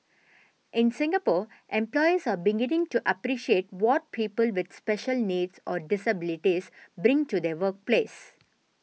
in Singapore employers are beginning to appreciate what people with special needs or disabilities bring to the workplace